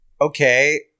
Okay